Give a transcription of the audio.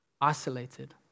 isolated